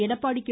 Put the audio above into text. Edappadi K